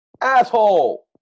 Asshole